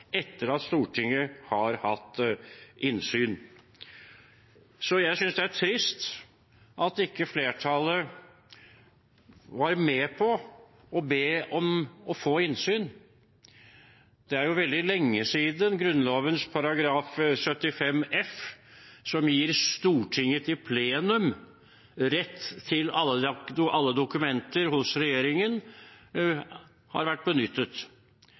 etter at Stortinget har hatt innsyn. Jeg synes det er trist at ikke flertallet var med på å be om å få innsyn. Det er veldig lenge siden Grunnloven § 75 f, som gir Stortinget i plenum rett til alle dokumenter hos regjeringen, har vært benyttet.